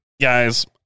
guys